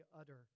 utter